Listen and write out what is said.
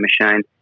machine